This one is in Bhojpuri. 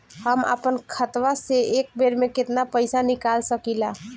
हम आपन खतवा से एक बेर मे केतना पईसा निकाल सकिला?